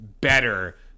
better